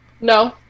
No